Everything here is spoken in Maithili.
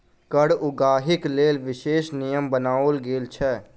कर उगाहीक लेल विशेष नियम बनाओल गेल छै